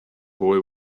boy